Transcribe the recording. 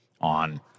on